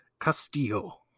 Castillo